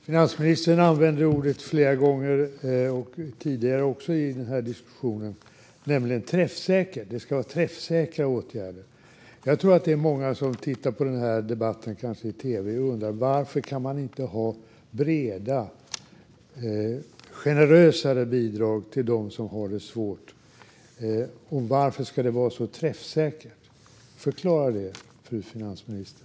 Fru talman! Finansministern brukar i dessa diskussioner använda ordet "träffsäkert". Det ska vara träffsäkra åtgärder. Jag tror att många som tittar på den här debatten, kanske på tv, undrar varför man inte kan ha breda, generösare bidrag till dem som har det svårt. Varför ska det vara så träffsäkert? Förklara det, fru finansminister!